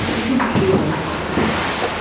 it can still inspire people.